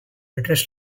interest